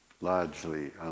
largely